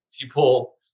people